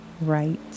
right